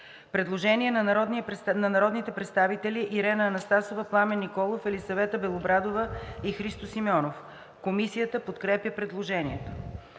Предложение на народните представители Ирена Анастасова, Пламен Николов, Елисавета Белобрадова и Христо Симеонов. Комисията подкрепя предложението.